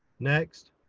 next.